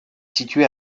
située